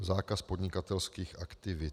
Zákaz podnikatelských aktivit...